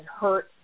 hurt